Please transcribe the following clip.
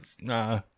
Nah